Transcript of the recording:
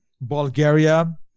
Bulgaria